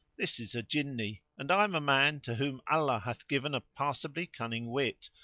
this is a jinni and i am a man to whom allah hath given a passably cunning wit,